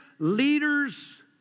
Leaders